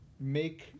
make